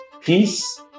peace